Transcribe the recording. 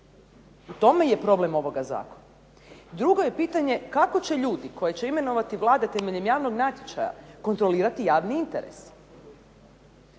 U tome je problem ovoga zakona. Drugo je pitanje kako će ljudi koje će imenovati Vlade temeljem javnog natječaja kontrolirati javni interes?